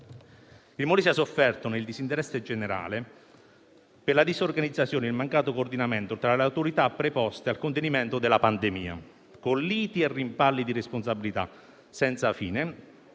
Il Molise ha sofferto nel disinteresse generale per la disorganizzazione e il mancato coordinamento tra le autorità preposte al contenimento della pandemia, con liti e rimpalli di responsabilità senza fine